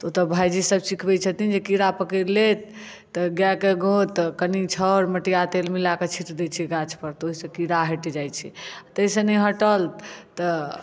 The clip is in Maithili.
तऽ ओतय भाइजी सब सिखबै छथिन जे कीड़ा पकड़ि लेत तऽ गाय के गोंत कनी छाउर मटिया तेल मिला कऽ छिट दै छियै गाछ पर तऽ ओहिसँ कीड़ा हटि जाइ छै ताहिसँ नहि हटल तऽ